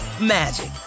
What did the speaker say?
magic